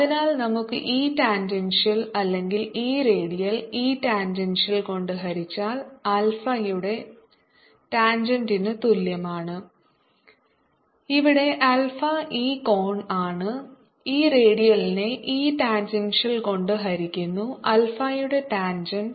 അതിനാൽ നമുക്ക് E tangential അല്ലെങ്കിൽ E റേഡിയൽ E ടാൻജൻഷ്യൽ കൊണ്ട് ഹരിച്ചാൽ ആൽഫ യുടെ ടാൻജെന്റിന് തുല്യമാണ് ഇവിടെ ആൽഫ ഈ കോണാണ് E റേഡിയലിനെ E ടാൻജൻഷ്യൽ കൊണ്ട് ഹരിക്കുന്നു ആൽഫയുടെ ടാൻജെന്റ്